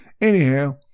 Anyhow